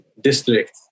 District